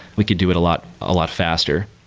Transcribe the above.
we could do it a lot a lot faster.